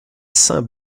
saint